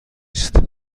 است